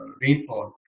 rainfall